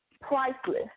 priceless